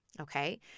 Okay